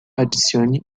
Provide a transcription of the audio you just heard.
adicione